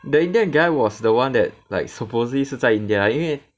the indian guy was the one that like supposedly 是在 India lah 因为